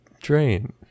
drain